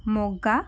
Moga